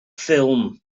ffilm